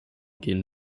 gehen